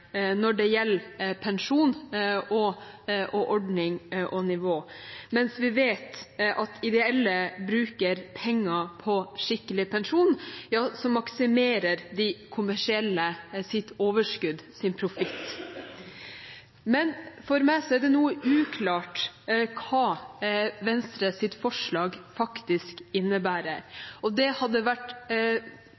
når det gjelder pensjonsordning og nivå, og vi vet at mens ideelle bruker penger på skikkelig pensjon, maksimerer de kommersielle sitt overskudd, sin profitt. Men for meg er det noe uklart hva Venstres forslag faktisk innebærer.